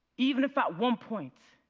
even if at one point